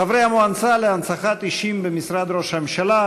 חברי המועצה להנצחת אישים במשרד ראש הממשלה,